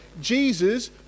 jesus